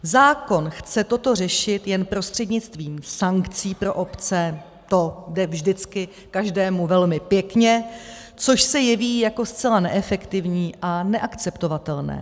Zákon chce toto řešit jen prostřednictvím sankcí pro obce, to jde vždycky každému velmi pěkně, což se jeví jako zcela neefektivní a neakceptovatelné.